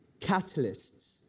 catalysts